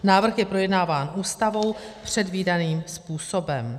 Návrh je projednáván Ústavou předvídaným způsobem.